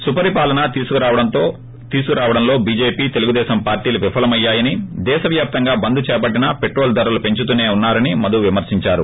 సుపరిపాలన తీసుకురావడంలో చిజెపి తెలుగుదేశం పార్టీలు విఫలమయ్యాయని దేశ వ్యాప్తంగా బంద్ చేపట్టినా పెట్రోల్ ధరలు పెంచుతూనే ఉన్నారని మధు విమర్పించారు